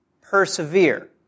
persevere